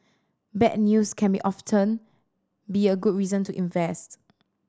bad news can be often be a good reason to invest